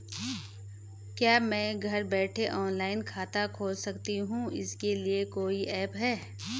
क्या मैं घर बैठे ऑनलाइन खाता खोल सकती हूँ इसके लिए कोई ऐप है?